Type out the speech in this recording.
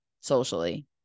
socially